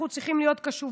אנחנו צריכים להיות קשובים,